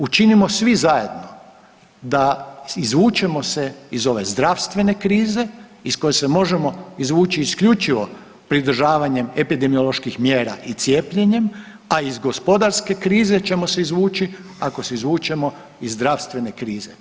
Učinimo svi zajedno da izvučemo se iz ove zdravstvene krize iz koje se možemo izvući isključivo pridržavanjem epidemioloških mjera i cijepljenjem, a iz gospodarske krize ćemo se izvući ako se izvučeno iz zdravstvene krize.